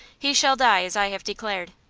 he shall die as i have declared.